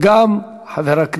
של חבר הכנסת משה גפני, וגם חבר הכנסת